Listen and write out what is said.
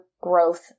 growth